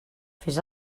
fes